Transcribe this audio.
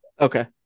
Okay